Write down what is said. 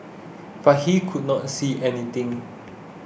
but he could not see anything